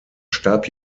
starb